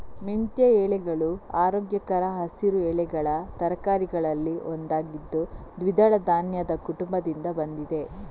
ಮೆಂತ್ಯ ಎಲೆಗಳು ಆರೋಗ್ಯಕರ ಹಸಿರು ಎಲೆಗಳ ತರಕಾರಿಗಳಲ್ಲಿ ಒಂದಾಗಿದ್ದು ದ್ವಿದಳ ಧಾನ್ಯದ ಕುಟುಂಬದಿಂದ ಬಂದಿದೆ